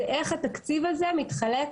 הוא איך התקציב הזה מתחלק.